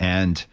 and